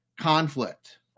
conflict